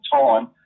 time